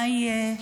מה יהיה?